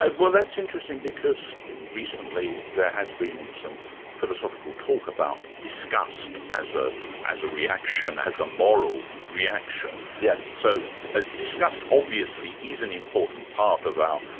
ah well, that's interesting because recently there has been some philosophical talk about disgust as ah as a reaction, as a moral reaction. so ah disgust obviously is an important part of our,